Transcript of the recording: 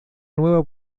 nueva